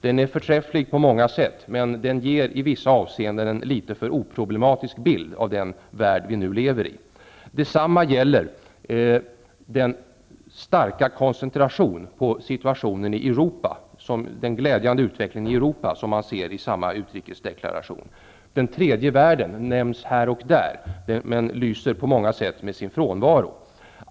Den är förträfflig på många sätt, men den ger i vissa avseenden en litet för oproblematisk bild av den värld som vi nu lever i. Detsamma gäller den starka koncentration på den glädjande utvecklingen i Europa som man ser i samma utrikesdeklaration. Den tredje världen nämns här och där men lyser på många sätt med sin frånvaro.